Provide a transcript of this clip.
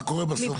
מה קורה בסוף בקצה?